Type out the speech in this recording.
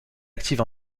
active